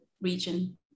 region